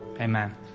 amen